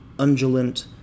undulant